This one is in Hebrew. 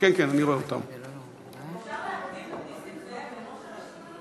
את נסים זאב לראש הרשימה?